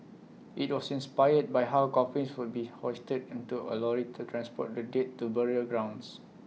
IT was inspired by how coffins would be hoisted into A lorry to transport the dead to burial grounds